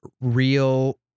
real